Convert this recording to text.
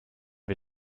wir